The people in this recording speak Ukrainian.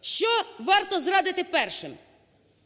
Що варто зрадити першим?